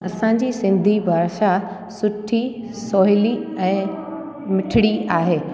असांजी सिंधी भाषा सुठी सवली ऐं मिठिड़ी आहे